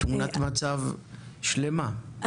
תמונת מצב שלמה,